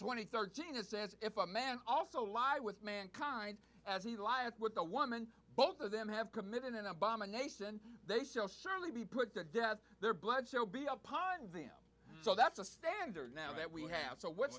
twenty thirteen it says if a man also lie with mankind as he lived with a woman both of them have committed an abomination they shall surely be put to death their blood shall be upon them so that's a standard now that we have so what